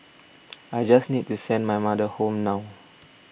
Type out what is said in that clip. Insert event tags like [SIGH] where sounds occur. [NOISE] I just need to send my mother home now